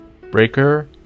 Breaker